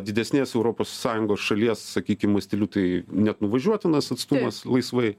didesnės europos sąjungos šalies sakykim masteliu tai net nuvažiuotinas atstumas laisvai